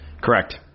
Correct